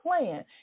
plan